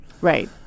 Right